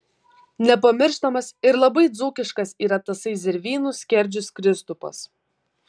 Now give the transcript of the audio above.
nepamirštamas ir labai dzūkiškas yra tasai zervynų skerdžius kristupas